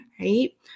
right